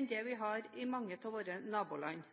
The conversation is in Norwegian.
enn det de har i mange av våre naboland.